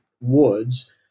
woods